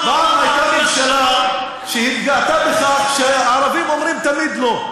פעם הייתה ממשלה שהתגאתה בכך שהערבים אומרים תמיד "לא":